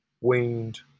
weaned